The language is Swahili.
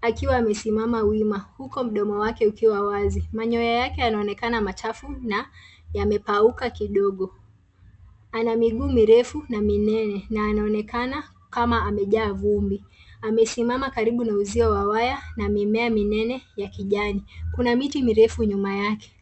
akiwa amesimama wima, huko mdomo wake ukiwa wazi. Manyoya yake yanaonekana machafu na yamekauka kidogo. Ana miguu mirefu, na minene na anaonekana kama amejaa vumbi. Amesimama karibu na uzio wa waya na mimea minene ya kijani. Kuna miti mirefu nyuma yake.